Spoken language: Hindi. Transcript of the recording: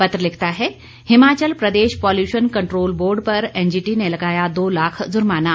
पत्र लिखता है Himachal Pradesh pollution control board पर एनजीटी ने लगाया दो लाख जुर्माना